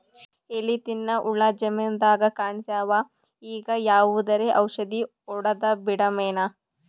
ಎಲಿ ತಿನ್ನ ಹುಳ ಜಮೀನದಾಗ ಕಾಣಸ್ಯಾವ, ಈಗ ಯಾವದರೆ ಔಷಧಿ ಹೋಡದಬಿಡಮೇನ?